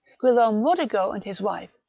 guillaume eodigo and his wife,